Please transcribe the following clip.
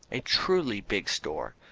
a truly big store,